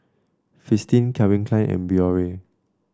Fristine Calvin Klein and Biore